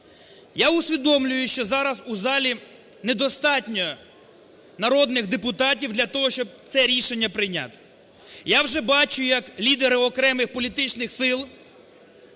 Я усвідомлюю, що зараз у залі не достатньо народних депутатів для того, щоб це рішення прийняти. Я вже бачу, як лідери окремих політичних сил